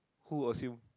who assume